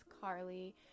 Carly